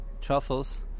truffles